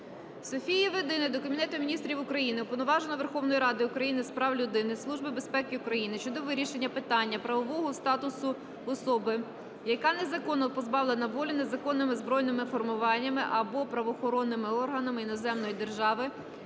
Софії Федини до Кабінету Міністрів України, Уповноваженого Верховної Ради України з прав людини, Служби безпеки України щодо вирішення питання правового статусу особи, яка незаконно позбавлена волі незаконними збройними формуваннями або правоохоронними органами іноземної держави,